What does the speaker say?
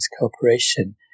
Cooperation